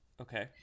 Okay